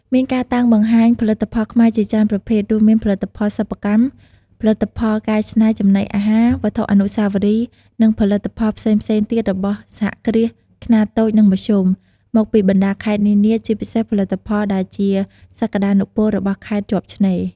មានការតាំងបង្ហាញផលិតផលខ្មែរជាច្រើនប្រភេទ រួមមាន ផលិតផលសិប្បកម្ម ផលិតផលកែច្នៃចំណីអាហារ វត្ថុអនុស្សាវរីយ៍ និងផលិតផលផ្សេងៗទៀតរបស់សហគ្រាសខ្នាតតូច និងមធ្យម មកពីបណ្ដាខេត្តនានា ជាពិសេសផលិតផលដែលជាសក្ដានុពលរបស់ខេត្តជាប់ឆ្នេរ។